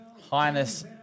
Highness